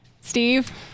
Steve